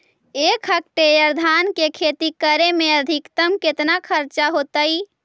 एक हेक्टेयर धान के खेती करे में अधिकतम केतना खर्चा होतइ?